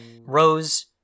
rose